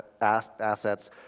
assets